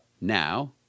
Now